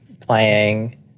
playing